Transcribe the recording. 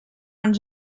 ens